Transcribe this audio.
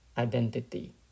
Identity